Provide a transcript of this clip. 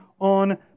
on